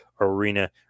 Arena